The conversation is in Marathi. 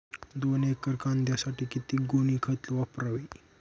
दोन एकर कांद्यासाठी किती गोणी खत वापरावे?